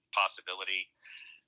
possibility